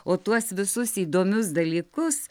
o tuos visus įdomius dalykus